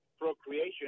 procreation